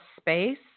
space